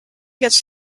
gets